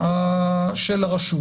של הרשות